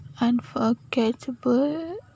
Unforgettable